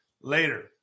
Later